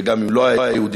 וגם אם לא היה יהודי,